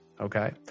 okay